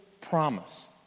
promise